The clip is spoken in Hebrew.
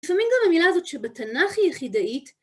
לפעמים גם המילה הזאת שבתנ״ך היא יחידאית